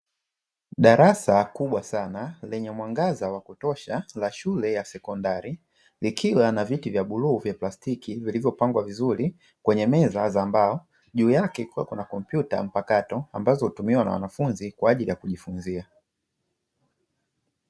Darasa kubwa sana lenye mwangaza wa kutosha la shule ya sekondari, likiwa na viti vya bluu vya plastiki vilivyopangwa vizuri kwenye meza za mbao, juu yake kukiwa na kompyuta mpakato ambazo hutumiwa na wanafunzi kwa ajili ya kujifunzia.